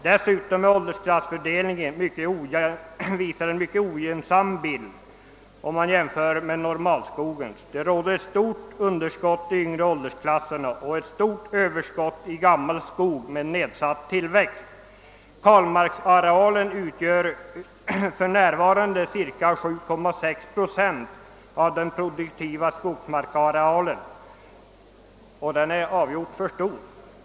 Dessutom uppvisar åldersklassfördelningen en mycket ogynnsam bild, om man jämför med normalskogen. Det råder ett stort underskott i de yngre åldersklasserna och ett stort överskott av gammal skog med nedsatt tillväxt. Kalmarksarealen utgör för närvarande ca 7,6 procent av den produktiva skogsmarksarealen, och den är avgjort för stor.